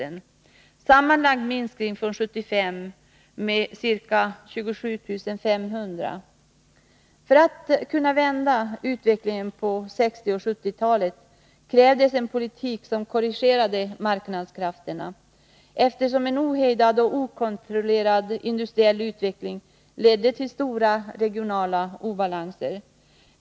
Den sammanlagda minskningen från 1975 var ca 27 500. För att under 1960 och 1970-talet kunna vända på utvecklingen krävdes en politik som korrigerade marknadskrafterna, eftersom en ohejdad och okontrollerad industriell utveckling ledde till stora regionala obalanser.